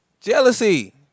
Jealousy